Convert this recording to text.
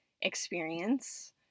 experience